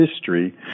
history